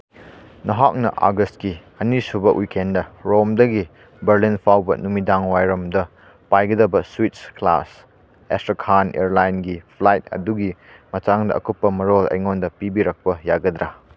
ꯅꯍꯥꯛꯅ ꯑꯥꯒꯁꯀꯤ ꯑꯅꯤꯁꯨꯕ ꯋꯤꯛꯀꯦꯟꯗ ꯔꯣꯝꯗꯒꯤ ꯕꯔꯂꯤꯟ ꯐꯥꯎꯕ ꯅꯨꯃꯤꯗꯥꯡꯋꯥꯏꯔꯝꯗ ꯄꯥꯏꯒꯗꯕ ꯁ꯭ꯋꯤꯁ ꯀ꯭ꯂꯥꯁ ꯑꯁꯇ꯭ꯔꯈꯥꯟ ꯏꯌꯔꯂꯥꯏꯟꯒꯤ ꯐ꯭ꯂꯥꯏꯠ ꯑꯗꯨꯒꯤ ꯃꯇꯥꯡꯗ ꯑꯀꯨꯞꯄ ꯃꯔꯣꯜ ꯑꯩꯉꯣꯟꯗ ꯄꯤꯕꯤꯔꯛꯄ ꯌꯥꯒꯗ꯭ꯔ